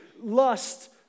lust